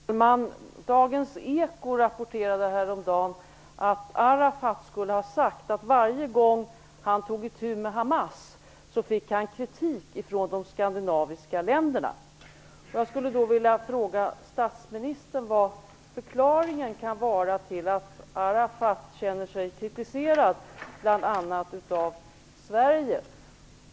Fru talman! Dagens eko rapporterade härom dagen att Arafat skulle ha sagt att varje gång han tog itu med Hamas, fick han kritik från de skandinaviska länderna. Jag skulle vilja fråga statsministern vad förklaringen kan vara till att Arafat känner sig kritiserad, bl.a. av Sverige.